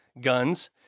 guns